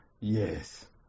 Yes